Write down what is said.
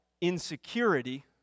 insecurity